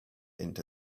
into